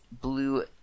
Blue